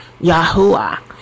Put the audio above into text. Yahuwah